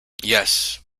yes